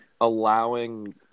allowing